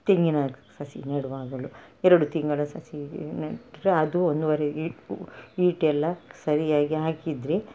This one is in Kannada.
ತೆಂಗಿನ ಸಸಿ ನೆಡುವಾಗಲು ಎರಡು ತಿಂಗಳ ಸಸಿ ನೆಟ್ಟರೆ ಅದು ಒಂದುವರೆ ಈಟ್ ಎಲ್ಲ ಸರಿಯಾಗಿ ಹಾಕಿದರೆ